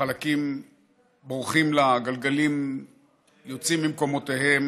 חלקים בורחים לה, גלגלים יוצאים ממקומותיהם